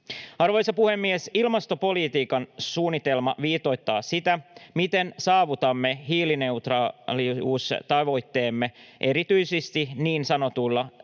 Arvoisa puhemies! Ilmastopolitiikan suunnitelma viitoittaa sitä, miten saavutamme hiilineutraaliustavoitteemme, erityisesti niin sanotulla